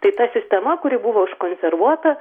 tai ta sistema kuri buvo užkonservuota